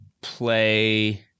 play